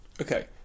Okay